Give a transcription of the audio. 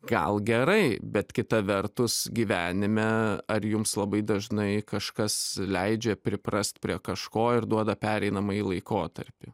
gal gerai bet kita vertus gyvenime ar jums labai dažnai kažkas leidžia priprast prie kažko ir duoda pereinamąjį laikotarpį